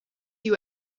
you